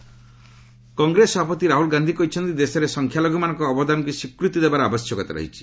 Rahul national convention Congress ସଭାପତି ରାହ୍ରଲ ଗାନ୍ଧି କହିଛନ୍ତି ଦେଶରେ ସଂଖ୍ୟାଲଘୁମାନଙ୍କ ଅବଦାନକୁ ସ୍ୱୀକୃତି ଦେବାର ଆବଶ୍ୟକତା ରହିଛି